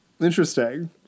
Interesting